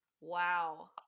Wow